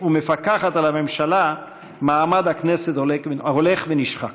ומפקחת על הממשלה מעמד הכנסת הולך ונשחק.